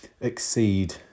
exceed